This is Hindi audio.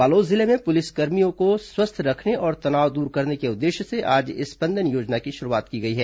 बालोद जिले में भी पुलिसकर्मियों को स्वस्थ रखने और तनाव दूर करने के उद्देश्य से आज स्पंदन योजना की शुरूआत की गई है